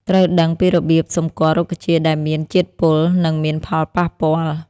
ត្រូវដឹងពីរបៀបសម្គាល់រុក្ខជាតិដែលមានជាតិពល់ នឹងមានផលប៉ះពាល់។